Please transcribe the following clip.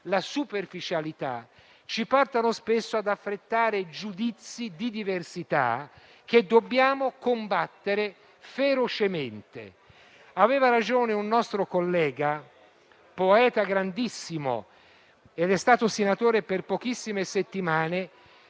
la superficialità ci portano spesso ad affrettare giudizi di diversità che dobbiamo combattere ferocemente. Aveva ragione un nostro collega, poeta grandissimo e senatore per pochissime settimane